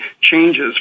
changes